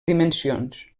dimensions